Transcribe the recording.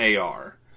AR